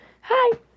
hi